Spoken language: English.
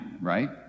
right